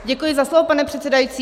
Děkuji za slovo, pane předsedající.